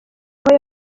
aho